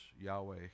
Yahweh